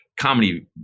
comedy